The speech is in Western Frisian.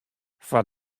foar